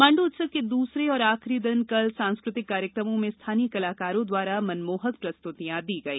माण्डू उत्सव के दूसरे दिन सांस्कृतिक कार्यक्रमो में स्थानीय कलाकारो द्वारा मनमोहक प्रस्तुतियाँ दी गई